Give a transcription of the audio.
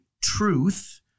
truth